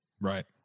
Right